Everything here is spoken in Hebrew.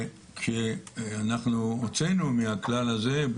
שאנחנו הוצאנו מהכלל הזה,